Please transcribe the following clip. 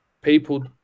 people